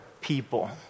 people